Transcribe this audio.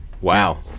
wow